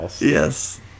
Yes